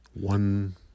one